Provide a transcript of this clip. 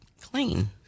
Clean